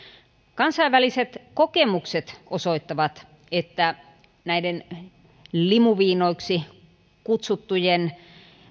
kansainväliset kokemukset osoittavat että näiden limuviinoiksi kutsuttujen